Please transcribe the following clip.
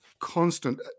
constant